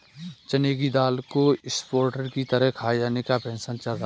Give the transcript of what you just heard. चने की दाल को स्प्रोउट की तरह खाये जाने का फैशन चल रहा है